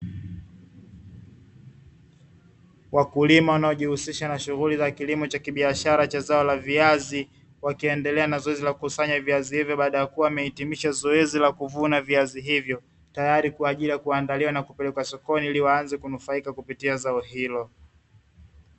Wakulima wanaojihusisha na shughuli za kilimo cha kibiashara cha zao la viazi, wakiendelea na zoezi la kukusanya viazi hivyo baada ya kuwa wamehitimisha zoezi la kuvuna viazi hivyo tayari kwaajili ya kuandaliwa na kupelekwa sokoni ili waanze kunufaika kupitia zao hilo.